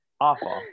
awful